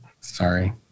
sorry